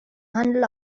handel